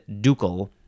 Ducal